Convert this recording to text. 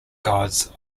gods